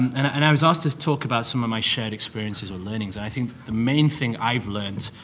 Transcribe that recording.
and and i was asked to talk about some of my shared experiences or learning's. i think the main thing i've learned,